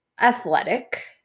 athletic